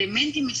מינהליים.